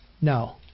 No